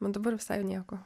man dabar visai jau nieko